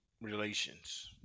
relations